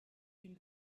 une